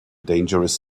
dangerous